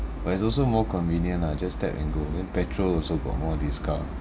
but it's also more convenient lah just tap and go then petrol also got more discount